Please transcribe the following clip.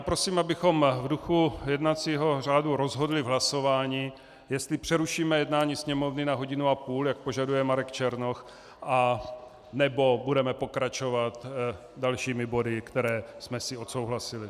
Prosím, abychom v duchu jednacího řádu rozhodli v hlasování, jestli přerušíme jednání Sněmovny na hodinu a půl, jak požaduje Marek Černoch, anebo budeme pokračovat dalšími body, které jsme si odsouhlasili.